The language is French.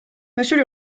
monsieur